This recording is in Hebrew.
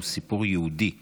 הוא סיפור יהודי בין-לאומי.